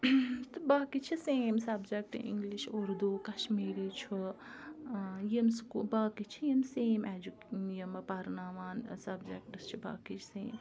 تہٕ باقٕے چھِ same subject English Urdu Kashmiri چھُ ییٚمہِ سکوٗ باقٕے چھِ یِم سیم ایٚجو یِمہٕ پرناوان سبجَکٹٕس چھِ باقٕے سیم